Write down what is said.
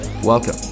Welcome